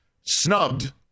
snubbed